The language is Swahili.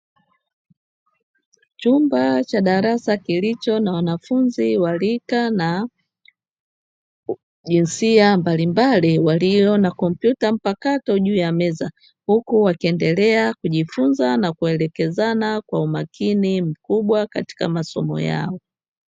Chumba cha darasa, kilicho na wanafunzi wa rika na jinsia mbalimbali walio na kompyuta mpakato juu ya meza, huku wakiendelea kujifunza na kuelekezana kwa umakini mkubwa katika masomo yao.